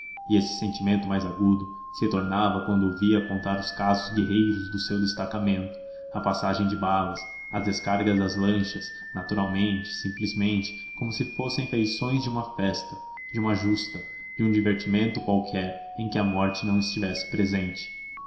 e esse sentimento mais agudo se tornava quando o via contar os casos guerreiros do seu destacamento a passagem de balas as descargas das lanchas naturalmente simplesmente como se fossem feições de uma festa de uma justa de um divertimento qualquer em que a morte não estivesse presente